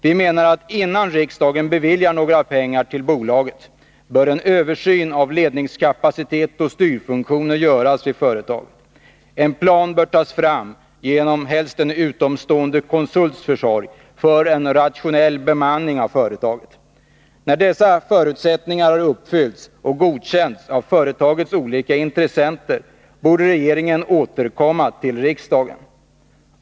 Vi menar att innan riksdagen beviljar några pengar till bolaget bör en översyn av ledningskapacitet och styrfunktioner göras vid företaget. En plan bör tas fram, helst genom en utomstående konsults försorg, för en rationell bemanning av företaget. När dessa förutsättningar har uppfyllts och godkänts av företagets olika intressenter, borde regeringen återkomma till riksdagen.